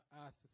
ask